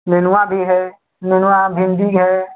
नेनुआ भी है नेनुआ भिंडी है